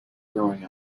growing